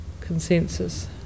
consensus